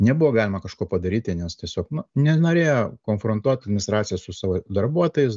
nebuvo galima kažko padaryti nes tiesiog nu nenorėjo konfrontuot administracija su savo darbuotojais